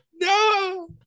No